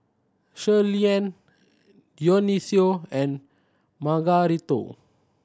Shirleyann Dionicio and Margarito